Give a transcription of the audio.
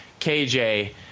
KJ